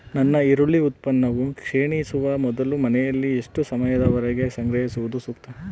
ನನ್ನ ಈರುಳ್ಳಿ ಉತ್ಪನ್ನವು ಕ್ಷೇಣಿಸುವ ಮೊದಲು ಮನೆಯಲ್ಲಿ ಎಷ್ಟು ಸಮಯದವರೆಗೆ ಸಂಗ್ರಹಿಸುವುದು ಸೂಕ್ತ?